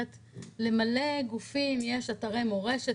ליהדות עולי הרבה מדינות יש אתרי מורשת,